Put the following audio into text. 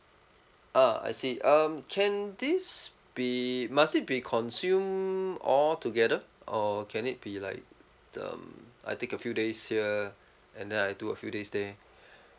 ah I see um can this be must it be consumed altogether or can it be like the um I take a few days here and then I do a few days there